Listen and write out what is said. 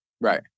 Right